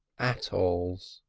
atolls.